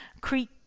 Creek